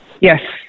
Yes